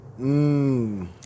Mmm